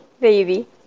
Baby